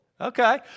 Okay